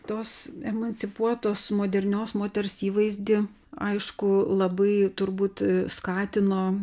tos emancipuotos modernios moters įvaizdį aišku labai turbūt skatino